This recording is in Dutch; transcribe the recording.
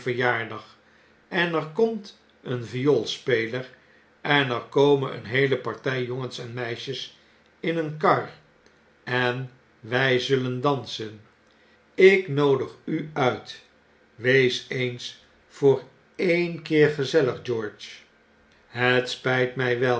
verjaardag en er komt een vioolspeler en er komen een heele party jongens en meisjes in een kar en wy zullen dansen ik noodig u uit wees eens voor een keer gezellig george het spijt mij wel